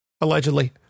allegedly